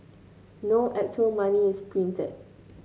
no actual money is printed